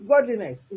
godliness